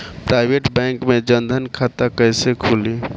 Private bank मे जन धन खाता कैसे खुली?